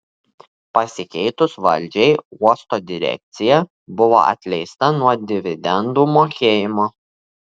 pasikeitus valdžiai uosto direkcija buvo atleista nuo dividendų mokėjimo